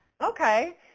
Okay